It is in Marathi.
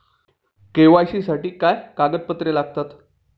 के.वाय.सी साठी काय कागदपत्रे लागतात?